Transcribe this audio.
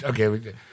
Okay